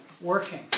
working